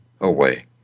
away